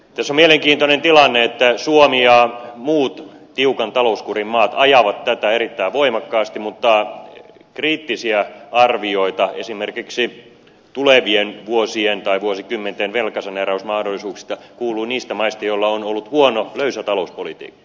tässä on mielenkiintoinen tilanne että suomi ja muut tiukan talouskurin maat ajavat tätä erittäin voimakkaasti mutta kriittisiä arvioita esimerkiksi tulevien vuosien tai vuosikymmenten velkasaneerausmahdollisuuksista kuuluu niistä maista joilla on ollut huono löysä talouspolitiikka